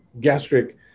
gastric